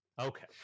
Okay